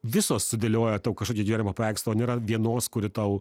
visos sudėlioja tau kažkokį gyvenimo paveikslą o nėra vienos kuri tau